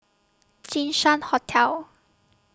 Jinshan Hotel